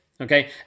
okay